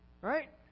Right